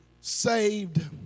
saved